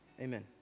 amen